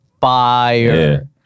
fire